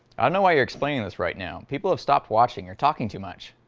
i don't know why you're explaining this right now people have stopped watching or talking too much